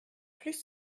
plus